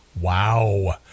wow